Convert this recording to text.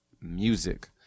Music